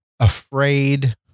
Afraid